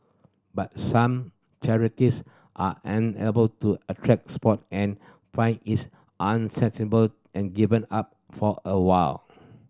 but some charities are unable to attract support and find its and given up for a while